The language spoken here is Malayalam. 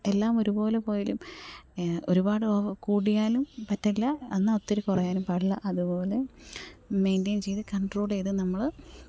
എല്ലാം ഒരുപോലെ പോയാലും ഒരുപാട് ഒവ് കൂടിയാലും പറ്റില്ല എന്നാൽ ഒത്തിരി കുറയാനും പാടില്ല അതുപോലെ മെയിൻ്റെയിൻ ചെയ്തു കൺട്രോൾ ചെയ്തു നമ്മൾ